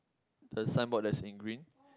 the sign board that's in green